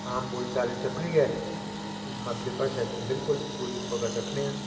आम बोलचाल च अपनी गै मातृभाषा च अपनी पूरी पकड़ रक्खने आं